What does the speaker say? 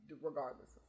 Regardless